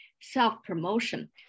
self-promotion